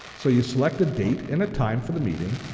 so you select a date and a time for the meeting,